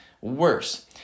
worse